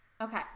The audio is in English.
Okay